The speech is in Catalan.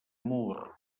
mur